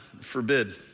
forbid